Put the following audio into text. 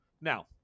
Now